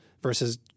versus